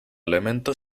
elemento